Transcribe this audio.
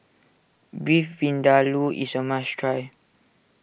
Beef Vindaloo is a must try